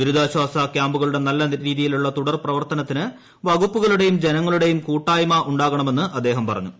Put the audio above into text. ദുരിതാശ്ചാസ ക്യാമ്പുകളുടെ നല്ല രീതിയിലുള്ള തുടർ പ്രവർത്തനത്തിന് വകുപ്പുകളുടെയും ജനങ്ങളുടെയും കൂട്ടായ്മ ഉണ്ടാകണമെന്ന് അദ്ദേഹം പറഞ്ഞു